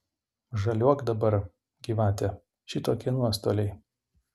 žaliuok dabar gyvate šitokie nuostoliai